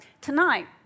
tonight